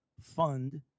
fund